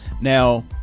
Now